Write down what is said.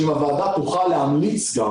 שאם הוועדה תוכל להמליץ גם,